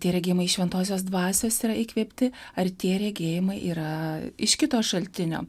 tie regėjimai iš šventosios dvasios yra įkvėpti ar tie regėjimai yra iš kito šaltinio